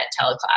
teleclass